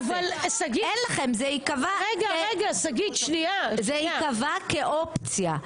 אין לכם זה יקבע כאופציה.